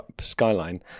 skyline